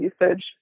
usage